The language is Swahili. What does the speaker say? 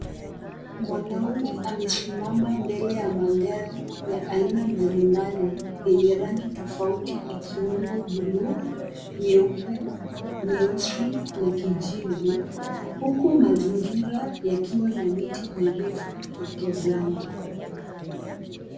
Mwanaume amesimama mbele ya magari ya aina mbalimbali, yenye rangi tofauti ikiwemo buluu, nyeupe, nyeusi na kijivu huku mazingira yakiwa na miti mirefu ya kijani.